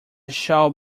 shall